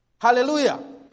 Hallelujah